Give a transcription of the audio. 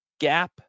gap